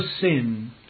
sin